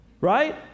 right